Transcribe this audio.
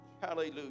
Hallelujah